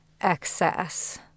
excess